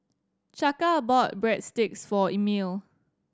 Chaka bought Breadsticks for Emil